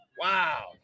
Wow